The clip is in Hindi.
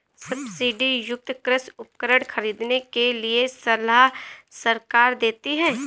सब्सिडी युक्त कृषि उपकरण खरीदने के लिए सलाह सरकार देती है